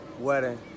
wedding